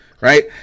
Right